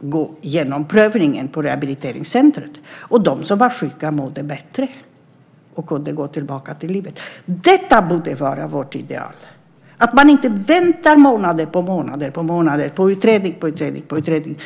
gå igenom prövningen på rehabiliteringscentrumet, och de som var sjuka mådde bättre och kunde gå tillbaka till livet. Detta borde vara vårt ideal: att man inte väntar månad på månad på utredning på utredning.